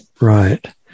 Right